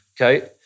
Okay